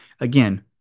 again